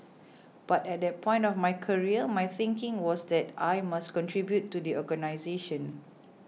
but at that point of my career my thinking was that I must contribute to the organisation